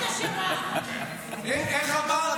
את אשמה.